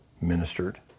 ministered